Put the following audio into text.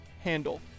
handle